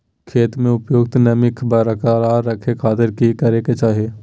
खेत में उपयुक्त नमी बरकरार रखे खातिर की करे के चाही?